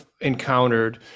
encountered